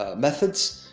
ah methods,